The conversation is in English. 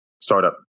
startup